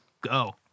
go